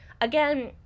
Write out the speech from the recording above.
again